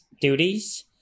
duties